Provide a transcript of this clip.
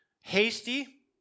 hasty